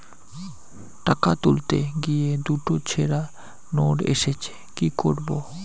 টাকা তুলতে গিয়ে দুটো ছেড়া নোট এসেছে কি করবো?